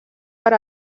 per